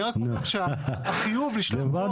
אני רק אומר שהחיוב לשלוח דואר רשום --- "דיברנו"